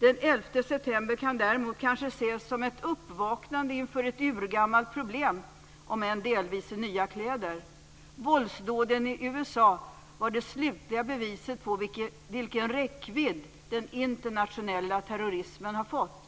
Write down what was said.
Den 11 september kan däremot kanske ses som ett uppvaknande inför ett urgammalt problem, om än i delvis nya kläder. Våldsdåden i USA var det slutliga beviset på vilken räckvidd den internationella terrorismen har fått.